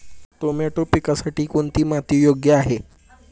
Tomato पिकासाठी कोणती माती योग्य आहे?